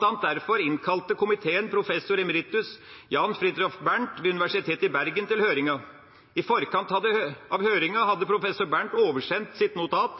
annet derfor innkalte komiteen professor emeritus Jan Fridthjof Bernt ved Universitetet i Bergen til høringa. I forkant av høringa hadde professor Bernt oversendt sitt notat: